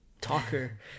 talker